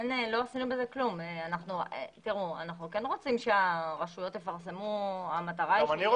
אנחנו רוצים שהרשויות יפרסמו, זאת המטרה.